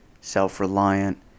self-reliant